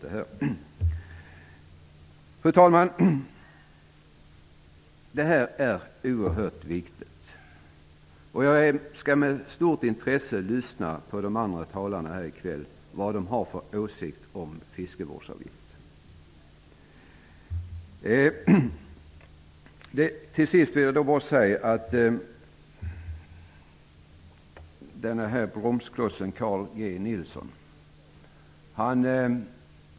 Fru talman! Dessa frågor är oerhört viktiga. Jag skall med stort intresse lyssna på vad de andra talarna här i kväll kommer att ha för åsikter om fiskevårdsavgifter.